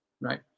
right